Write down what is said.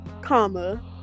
comma